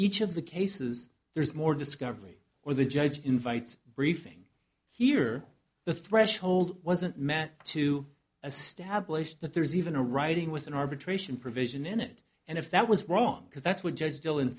each of the cases there's more discovery or the judge invites briefing here the threshold wasn't met to a stablished that there's even a writing with an arbitration provision in it and if that was wrong because that's what judge still